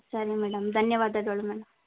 ಸರಿ ಮೇಡಮ್ ಧನ್ಯವಾದಗಳು ಮ್ಯಾಮ್